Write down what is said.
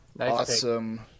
Awesome